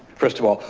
first of all,